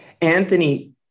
Anthony